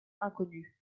inconnue